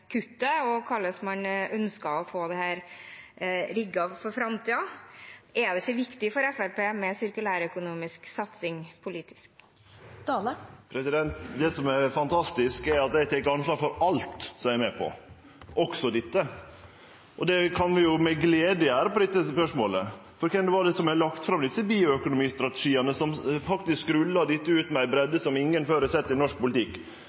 det ikke viktig for Fremskrittspartiet med sirkulærøkonomisk satsing politisk? Det som er fantastisk, er at eg tek ansvar for alt som eg er med på, også dette. Det kan eg jo med glede gjere når det gjeld dette spørsmålet, for kven var det som la fram desse bioøkonomiske strategiane, som faktisk rulla dette ut med ei breidde som ingen før hadde sett i norsk politikk?